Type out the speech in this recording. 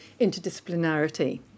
interdisciplinarity